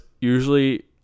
usually